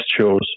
shows